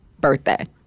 birthday